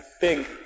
big